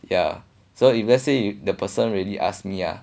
ya so if let's say the person really ask me ah